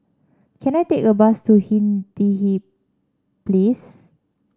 can I take a bus to Hindhede Place